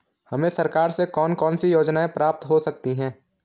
हमें सरकार से कौन कौनसी योजनाएँ प्राप्त हो सकती हैं?